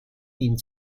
ihn